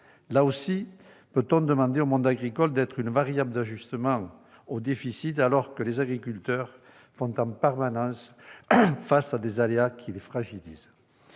Là aussi, peut-on demander au monde agricole d'être une variable d'ajustement du déficit, alors que les agriculteurs font en permanence face à des aléas que les fragilisent ?